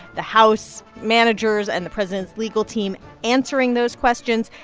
the house managers and the president's legal team answering those questions.